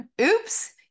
Oops